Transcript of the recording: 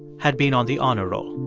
had been on the honor roll